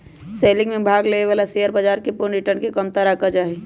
selling में भाग लेवे वाला शेयर बाजार के पूर्ण रिटर्न के कमतर आंका जा हई